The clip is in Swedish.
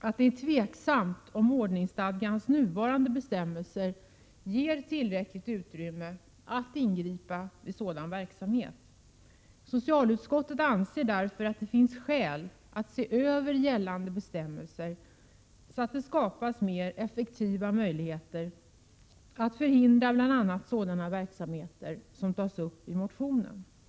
att det är tveksamt om ordningsstadgans nuvarande bestämmelser ger tillräckligt utrymme att ingripa vid sådan verksamhet. Socialutskottet anser därför att det finns skäl att se över gällande bestämmelser så att det skapas mer effektiva möjligheter att förhindra bl.a. sådana verksamheter som tas upp i motionen.